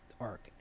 arc